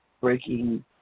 breaking